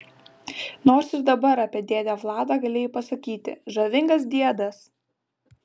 nors ir dabar apie dėdę vladą galėjai pasakyti žavingas diedas